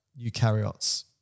eukaryotes